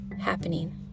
happening